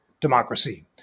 democracy